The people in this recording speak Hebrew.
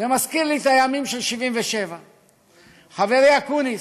זה מזכיר לי את הימים של 1977. חברי אקוניס,